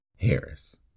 Harris